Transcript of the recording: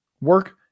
work